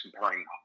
comparing